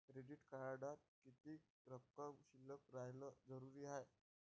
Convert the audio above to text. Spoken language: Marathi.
क्रेडिट कार्डात किती रक्कम शिल्लक राहानं जरुरी हाय?